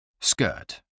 Skirt